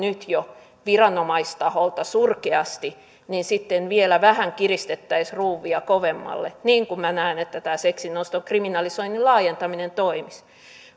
jo nyt viranomaistaholta surkeasti niin sitten vielä vähän kiristettäisiin ruuvia kovemmalle niin kuin minä näen että tämä seksin oston kriminalisoinnin laajentaminen toimisi